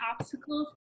obstacles